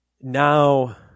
Now